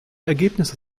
ergebnisse